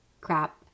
crap